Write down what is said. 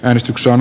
äänestyksen